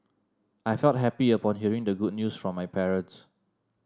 I felt happy upon hearing the good news from my parents